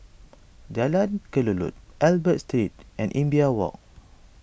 Jalan Kelulut Albert Street and Imbiah Walk